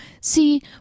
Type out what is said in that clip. See